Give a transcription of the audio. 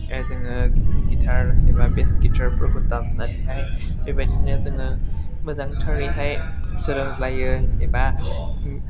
जोङो गिटार एबा बेस गिटारफोरखौ दामनानैहाय बेबायदिनो जोङो मोजांथारैहाय सोलोंलायो एबा